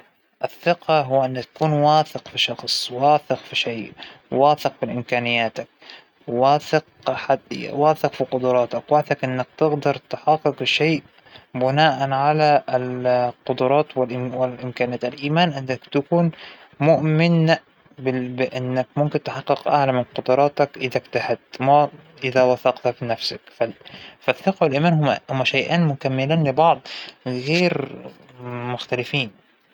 يعجبنى الأشخاص الهادئيين المسالمين، اللى ما عندهم مشاكل، أو إنه اللى ما بيبتكروا أو يخلقوا مشاكل اللى ما يوترون الجو حوليهم هادول الأشخاص، هذى الصفات قصدى هى أكثر إشى يعجبنى بالأشخاص، الهدوء والسلام وتجنب الناس كل هذى صفات إيجابية بالنسبة لإلى.